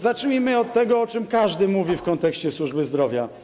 Zacznijmy od tego, o czym każdy mówi w kontekście służby zdrowia.